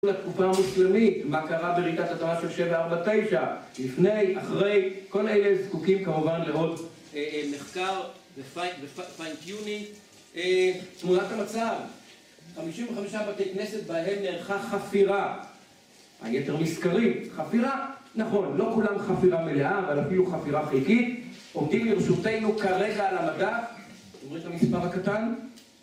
התקופה המוסלמית, מה קרה ברעידת האדמה של 749, לפני, אחרי, כל אלה זקוקים כמובן לראות מחקר ו-fine tuning. תמונת המצב, 55 בתי כנסת בהן נערכה חפירה, היתר מסקרים, חפירה, נכון, לא כולם חפירה מלאה, אבל אפילו חפירה חלקית, עומדים ברשותנו כרגע על המדף, אתם רואים את המספר הקטן?